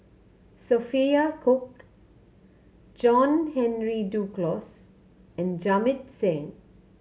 Sophia Cooke John Henry Duclos and Jamit Singh